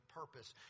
purpose